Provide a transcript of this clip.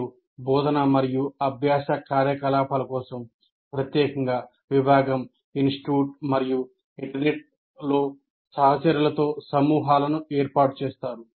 మీరు బోధన మరియు అభ్యాస కార్యకలాపాల కోసం ప్రత్యేకంగా విభాగం ఇన్స్టిట్యూట్ మరియు ఇంటర్నెట్లో సహచరులతో సమూహాలను ఏర్పాటు చేస్తారు